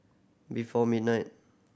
before midnight